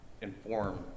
inform